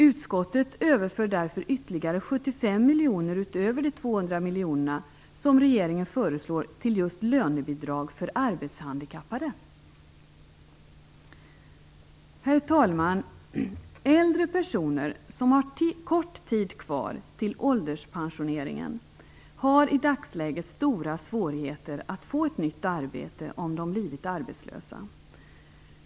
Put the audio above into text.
Utskottet överför därför ytterligare 75 miljoner utöver de 200 miljoner som regeringen föreslår till just lönebidrag för arbetshandikappade. Herr talman! Äldre personer som har kort tid kvar till ålderspensioneringen har i dagsläget stora svårigheter att få ett nytt arbete om de har blivit arbetslösa.